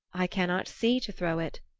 i cannot see to throw it,